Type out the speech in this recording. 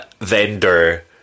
vendor